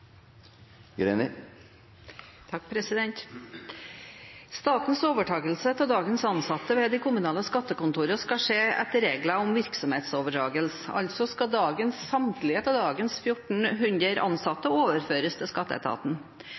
Greni – til oppfølgingsspørsmål. Statens overtakelse av dagens ansatte ved de kommunale skattekontorene skal skje etter reglene om virksomhetsoverdragelse, altså skal samtlige av dagens 1 400 ansatte overføres til skatteetaten.